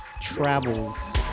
Travels